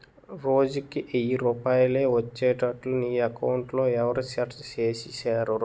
రోజుకి ఎయ్యి రూపాయలే ఒచ్చేట్లు నీ అకౌంట్లో ఎవరూ సెట్ సేసిసేరురా